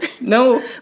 No